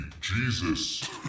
Jesus